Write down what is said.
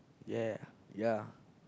ya ya